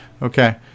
Okay